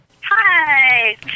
Hi